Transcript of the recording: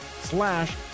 slash